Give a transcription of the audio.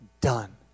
done